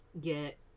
get